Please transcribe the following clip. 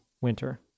winter